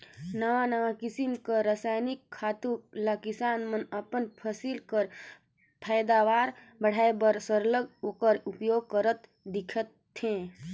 नावा नावा किसिम कर रसइनिक खातू ल किसान मन अपन फसिल कर पएदावार बढ़ाए बर सरलग ओकर उपियोग करत दिखथें